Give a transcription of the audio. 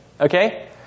Okay